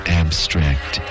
abstract